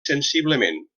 sensiblement